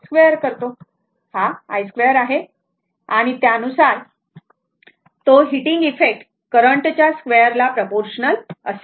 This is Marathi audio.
हा i 2 आहे आणि त्यानुसार तो हीटिंग इफेक्ट करंट च्या स्क्वेअरला प्रपोर्शनल असेल